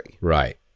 Right